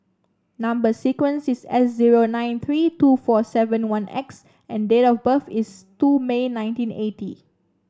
number sequence is S zero nine three two four seven one X and date of birth is two May nineteen eighty